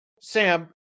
Sam